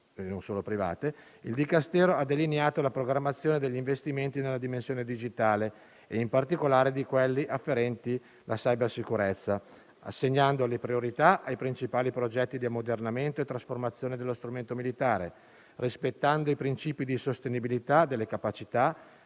non solo private), il Dicastero ha delineato la programmazione degli investimenti nella dimensione digitale e, in particolare, di quelli afferenti la cybersicurezza, assegnando le priorità ai principali progetti di ammodernamento e trasformazione dello strumento militare, rispettando i princìpi di sostenibilità, delle capacità